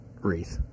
wreath